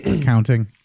counting